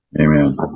Amen